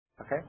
Okay